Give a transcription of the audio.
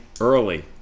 early